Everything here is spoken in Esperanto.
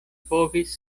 povis